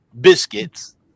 Biscuits